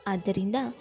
ಆದ್ದರಿಂದ